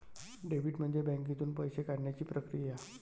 debit म्हणजे बँकेतून पैसे काढण्याची प्रक्रिया